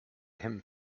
him